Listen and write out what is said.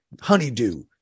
Honeydew